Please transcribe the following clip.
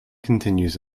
continues